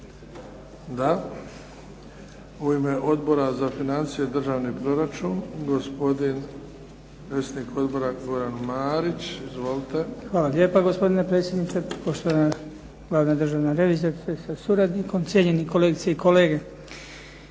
Da. U ime Odbora za financije državnog proračun, gospodin predsjednik odbora Goran Marić. Izvolite. **Marić, Goran (HDZ)** Hvala lijepa gospodine predsjedniče. Poštovana državna revizorice sa suradnikom, cijenjeni kolegice i kolege.